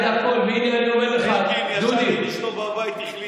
הכול, אלקין ישב עם אשתו בבית, החליטו.